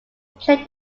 play